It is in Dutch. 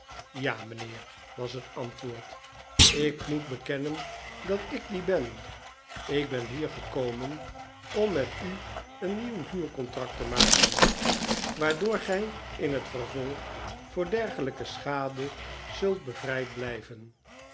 ja mijnheer was het antwoord ik moet bekennen dat ik die ben ik ben hier gekomen om met u een nieuw huurcontract te maken waardoor gij in het vervolg voor dergelijke schade zult bevrijd blijven